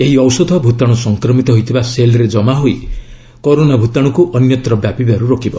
ଏହି ଔଷଧ ଭୂତାଣୁ ସଂକ୍ରମିତ ହୋଇଥିବା ସେଲ୍ରେ ଜମା ହୋଇ କରୋନା ଭୂତାଣୁକୁ ଅନ୍ୟତ୍ର ବ୍ୟାପିବାରୁ ରୋକିବ